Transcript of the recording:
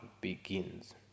begins